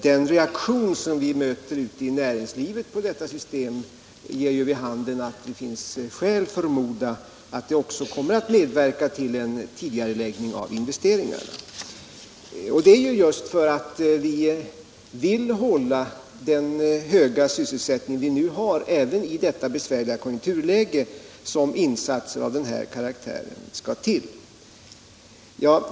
Den reaktion som vi möter ute i näringslivet på detta system ger vid handen att man har skäl förmoda att det kommer att medverka till en tidigareläggning av investeringar. Det är för att vi vill hålla vår höga sysselsättning även i detta besvärliga konjunkturläge som insatser av den här karaktären skall till.